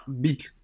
big